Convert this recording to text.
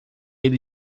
ele